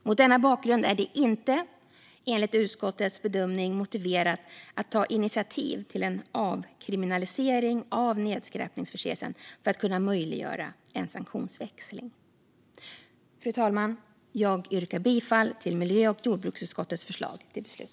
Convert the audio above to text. Mot denna bakgrund är det enligt utskottets bedömning inte motiverat att ta initiativ till en avkriminalisering av nedskräpningsförseelse för att kunna möjliggöra en sanktionsväxling. Fru talman! Jag yrkar bifall till miljö och jordbruksutskottets förslag till beslut.